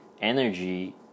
Energy